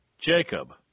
Jacob